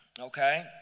okay